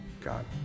God